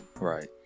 Right